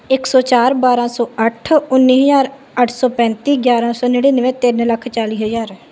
ਇੱਕ ਸੌ ਚਾਰ ਬਾਰਾਂ ਸੌ ਅੱਠ ਉੱਨੀ ਹਜ਼ਾਰ ਅੱਠ ਸੌ ਪੈਂਤੀ ਗਿਆਰਾਂ ਸੌ ਨੜਿਨਵੇਂ ਤਿੰਨ ਲੱਖ ਚਾਲੀ ਹਜ਼ਾਰ